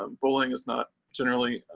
um bullying is not generally